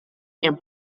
and